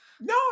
No